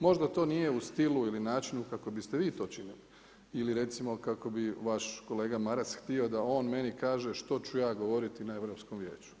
Možda to nije u stilu ili načinu kako bi ste vi to činili ili recimo kako bi vaš kolega Maras htio da on meni kaže što ću ja govoriti na Europskom vijeću.